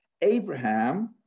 Abraham